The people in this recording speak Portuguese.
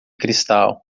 cristal